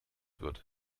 wird